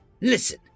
Listen